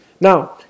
Now